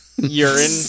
urine